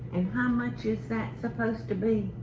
how much is that supposed to be?